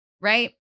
right